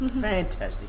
Fantastic